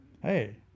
Hey